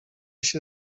się